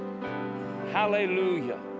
hallelujah